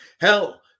Hell